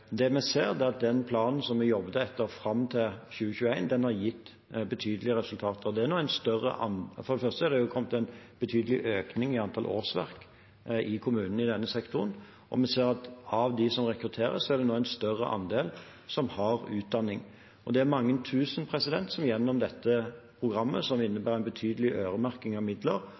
Det vi ser, er at den planen vi jobbet etter fram til 2021, har gitt betydelige resultater. For det første har det kommet en betydelig økning i antall årsverk i kommunene i denne sektoren, og vi ser at av dem som rekrutteres, er det nå en større andel som har utdanning. Det er mange tusen som gjennom dette programmet – som innebærer en betydelig øremerking av midler